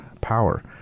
power